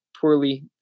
poorly